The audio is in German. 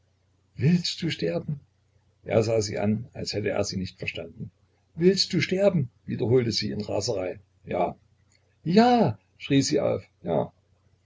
willst du sterben er starrte sie an als hätte er sie nicht verstanden willst du sterben wiederholte sie in raserei ja ja schrie sie auf ja